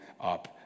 up